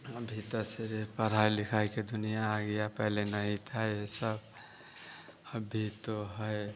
अभी तो सारे पढ़ाई लिखाई की दुनिया आ गया पहले नहीं था यह सब अभी तो है